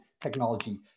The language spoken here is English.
technology